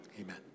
Amen